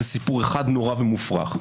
זה סיפור אחד נורא ומופרך.